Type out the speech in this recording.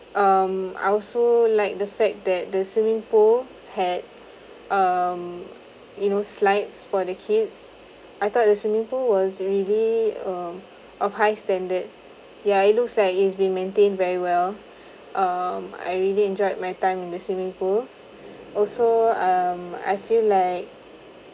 um I also like the fact that the swimming pool had um you know slides for the kids I thought the swimming pool was really um of high standard ya it looks like it's being maintained very well um I really enjoyed my time in the swimming pool also um I feel like